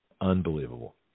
Unbelievable